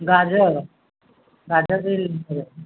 ଗାଜର ଗାଜର ଦେଇ ଦେଇଥିବେ